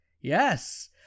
Yes